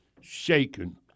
shaken